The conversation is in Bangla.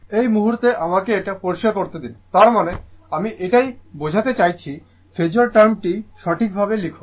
এই মুহুর্তে আমাকে এটা পরিষ্কার করতে দিন তার মানে আমি এটাই বোঝাতে চেয়েছি ফেজোর টার্মটি সঠিকভাবে লিখুন